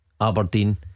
Aberdeen